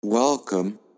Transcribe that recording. Welcome